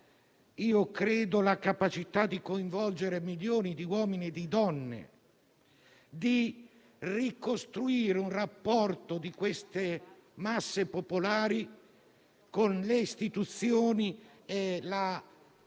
riferisco alla capacità di coinvolgere milioni di uomini e di donne, di ricostruire un rapporto delle masse popolari con le istituzioni e la